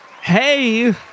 Hey